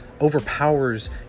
overpowers